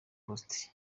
post